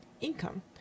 income